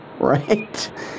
right